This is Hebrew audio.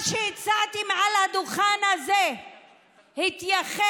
מה שהצעתי מעל הדוכן הזה התייחס